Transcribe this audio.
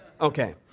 okay